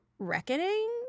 reckoning